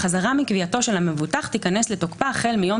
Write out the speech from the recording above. החזרה מקביעתו של המבוטח תיכנס לתוקפה החל מיום